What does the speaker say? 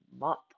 month